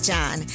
John